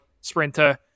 sprinter